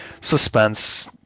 suspense